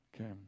Okay